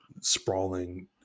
sprawling